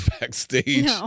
backstage